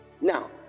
Now